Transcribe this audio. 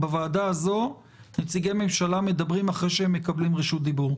בוועדה הזו נציגי ממשלה מדברים אחרי שהם מקבלים רשות דיבור,